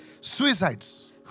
Suicides